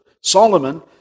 Solomon